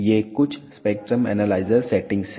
ये कुछ spectrum analyser settings हैं